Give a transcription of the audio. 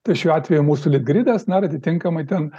tai šiuo atveju mūsų litgridas na ir atitinkamai ten